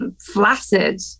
Flaccid